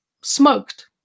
smoked